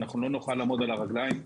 לא נוכל לעמוד על הרגליים.